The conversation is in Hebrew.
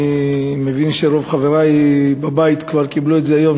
ואני מבין שרוב חברי בבית כבר קיבלו את זה היום,